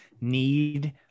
need